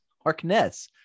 Harkness